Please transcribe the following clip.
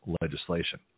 legislation